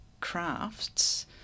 crafts